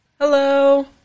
Hello